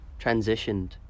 transitioned